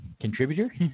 contributor